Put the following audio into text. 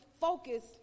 focus